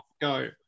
go